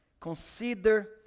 Consider